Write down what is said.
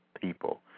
people